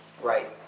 Right